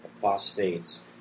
phosphates